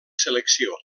selecció